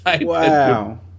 Wow